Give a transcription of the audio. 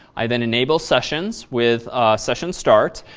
i then enabled sessions with session start.